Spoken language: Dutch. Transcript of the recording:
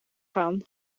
gaan